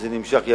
וזה נמשך ימים,